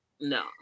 no